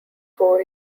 four